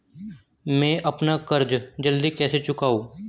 मैं अपना कर्ज जल्दी कैसे चुकाऊं?